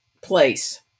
place